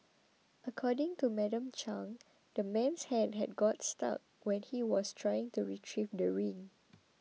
according to Madam Chang the man's hand had got stuck when he was trying to retrieve the ring